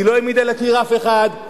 היא לא העמידה לקיר אף אחד.